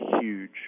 huge